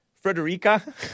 Frederica